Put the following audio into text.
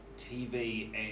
TV